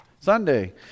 Sunday